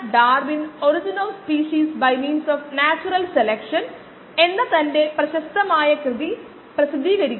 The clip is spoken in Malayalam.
പ്രോബ്ലം സോൾവിങ് കുറച്ചുകൂടി അറിയണമെങ്കിൽ ആ പുസ്തകം പരിശോധിക്കാം